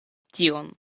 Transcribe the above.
tion